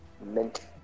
Mint